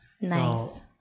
Nice